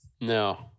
No